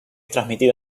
transmitido